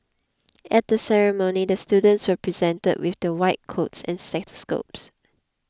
at the ceremony the students were presented with their white coats and stethoscopes